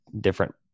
different